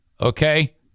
okay